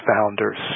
founders